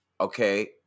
okay